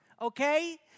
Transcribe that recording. Okay